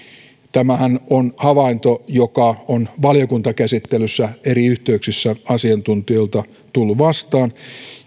tämähän on havainto joka on valiokuntakäsittelyssä eri yhteyksissä asiantuntijoilta tullut vastaan